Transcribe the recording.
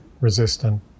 resistant